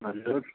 भन्नुहोस्